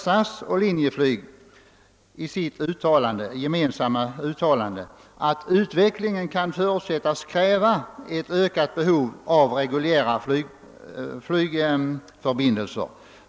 SAS och LIN skriver däremot i sitt gemensamma yttrande att utvecklingen kan förutsättas kräva ett ökat behov av reguljära flygförbindelser.